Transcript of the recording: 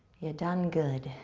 you done good,